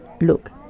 Look